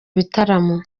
bitaramo